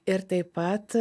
ir taip pat